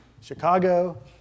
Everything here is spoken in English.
Chicago